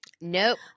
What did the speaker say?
Nope